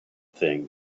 thing